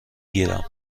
گیرم